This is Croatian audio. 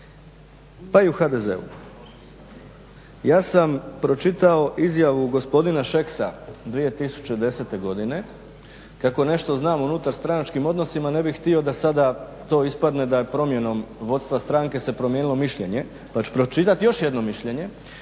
pa i u HDZ-u. Ja sam pročitao izjavu gospodina Šeksa 2010.godine kako nešto znam unutar stranačkim odnosima ne bi htio da sada to ispadne da promjenom vodstva stranke se promijenilo mišljenje pa ću pročitati još jedno mišljenje.